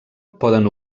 poden